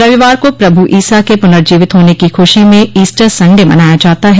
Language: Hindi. रविवार को प्रभु ईसा के पुनर्जीवित होने की खुशी में ईस्टरसंडे मनाया जाता है